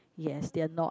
yes they are not